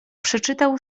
przeczytał